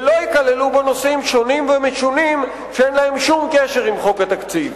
ולא ייכללו בו נושאים שונים ומשונים שאין להם שום קשר עם חוק התקציב.